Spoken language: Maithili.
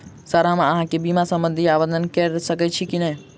सर हम अहाँ केँ बीमा संबधी आवेदन कैर सकै छी नै?